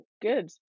good